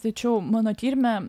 tačiau mano tyrime